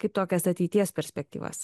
kaip tokias ateities perspektyvas